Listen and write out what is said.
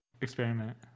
experiment